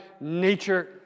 nature